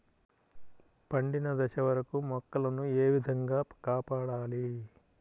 పండిన దశ వరకు మొక్కల ను ఏ విధంగా కాపాడాలి?